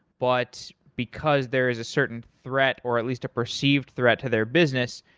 but because there is a certain threat or at least a perceived threat to their business,